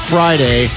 Friday